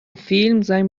فیلم، زنگ